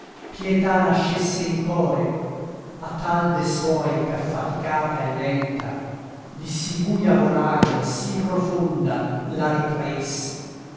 pietà nascesse in core a tal de suoi ch'affaticata e lenta di sì buia vorago e sì profonda la ritraesse